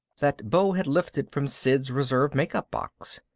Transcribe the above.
that beau had lifted from sid's reserve makeup box.